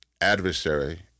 adversary